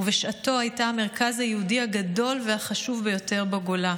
ובשעתו הייתה המרכז היהודי הגדול והחשוב ביותר בגולה,